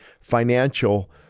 financial